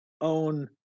own